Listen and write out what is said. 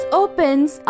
opens